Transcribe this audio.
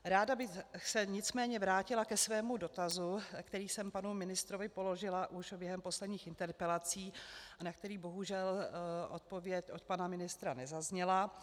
Ráda bych se nicméně vrátila ke svému dotazu, který jsem panu ministrovi položila už během posledních interpelací a na který bohužel odpověď od pana ministra nezazněla.